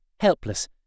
helpless